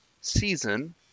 season